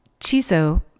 Chiso